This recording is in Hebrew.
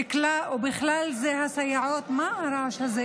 ובכלל זה סייעות, מה הרעש הזה?